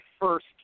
first